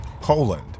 Poland